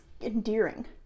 endearing